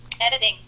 editing